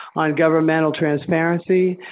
on governmental transparency,